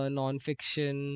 non-fiction